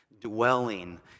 dwelling